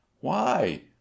Why